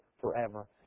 forever